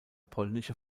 polnische